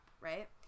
right